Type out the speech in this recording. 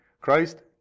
Christ